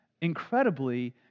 incredibly